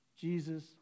Jesus